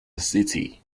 city